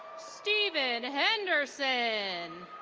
steven henderson.